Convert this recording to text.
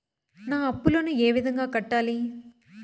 నా అప్పులను ఏ విధంగా కట్టాలి?